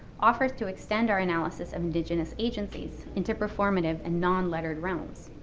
offers to extend our analysis of indigenous agencies into performative and non-lettered realms.